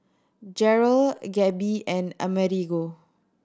Jerrold Gabe and Amerigo